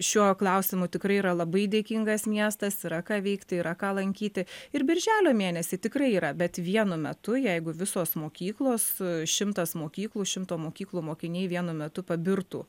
šiuo klausimu tikrai yra labai dėkingas miestas yra ką veikti yra ką lankyti ir birželio mėnesį tikrai yra bet vienu metu jeigu visos mokyklos šimtas mokyklų šimto mokyklų mokiniai vienu metu pabirtų